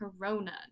Corona